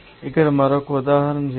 ఇక్కడ మరొక ఉదాహరణ చేద్దాం